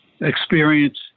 experience